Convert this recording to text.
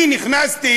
אני נכנסתי